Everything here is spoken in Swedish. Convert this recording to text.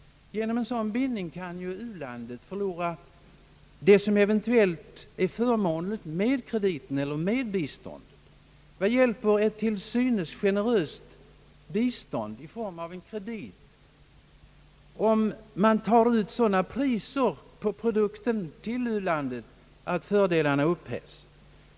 Genom en sådan bindning kan u-landet förlora de eventuella förmånerna med krediten eller biståndet. Vad hjälper till synes generösa villkor vid en kredit, om man tar ut sådana priser på produkter till u-landet att fördelarna upphävs?